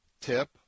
tip